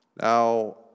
Now